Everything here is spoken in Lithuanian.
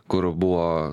kur buvo